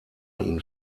ihn